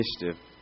initiative